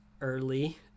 early